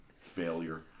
failure